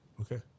Okay